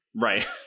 Right